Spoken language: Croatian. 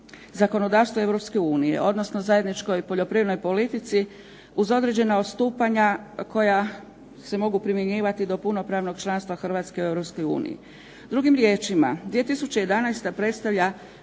zakonodavstvo Europske unije, odnosno zajedničkoj poljoprivrednoj politici uz određena odstupanja koja se mogu primjenjivati do punopravnog članstva Hrvatske Europskoj uniji. Drugim riječima, 211. predstavlja